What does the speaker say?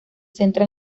centra